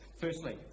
Firstly